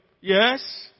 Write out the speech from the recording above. Yes